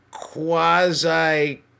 Quasi